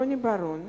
רוני בר-און,